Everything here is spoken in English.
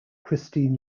christine